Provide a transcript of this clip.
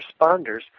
responders